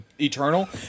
eternal